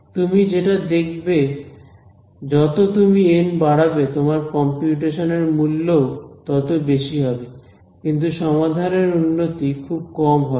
তুমি যেটা দেখবে যত তুমি এন বাড়াবে তোমার কম্পিউটেশন এর মূল্যও ততো বেশি হবে কিন্তু সমাধানের উন্নতি খুব কম হবে